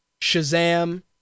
shazam